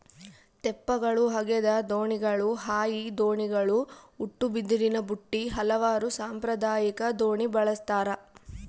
ತೆಪ್ಪಗಳು ಹಗೆದ ದೋಣಿಗಳು ಹಾಯಿ ದೋಣಿಗಳು ಉಟ್ಟುಬಿದಿರಿನಬುಟ್ಟಿ ಹಲವಾರು ಸಾಂಪ್ರದಾಯಿಕ ದೋಣಿ ಬಳಸ್ತಾರ